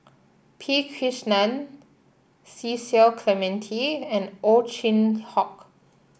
P Krishnan Cecil Clementi and Ow Chin Hock